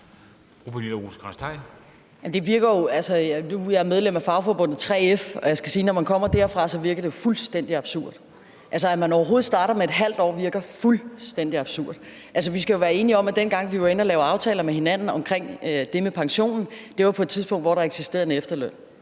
Rosenkrantz-Theil (S): Nu er jeg medlem af fagforbundet 3F, og jeg skal hilse og sige, at når man kommer derfra, virker det jo fuldstændig absurd. At man overhovedet starter med ½ år, virker fuldstændig absurd. Altså, vi skal jo være enige om, at dengang vi lavede aftaler med hinanden om det med pensionen, var det på et tidspunkt, hvor der eksisterede en efterløn.